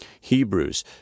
Hebrews